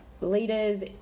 leaders